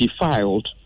defiled